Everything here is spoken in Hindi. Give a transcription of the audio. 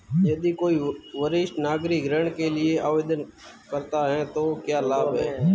यदि कोई वरिष्ठ नागरिक ऋण के लिए आवेदन करता है तो क्या लाभ हैं?